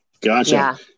Gotcha